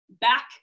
back